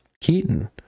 keaton